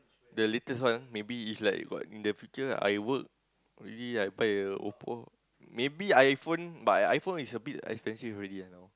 the latest one maybe it's like I got in the future I work really I buy Oppo maybe iPhone but iPhone is a bit expensive already you know